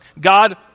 God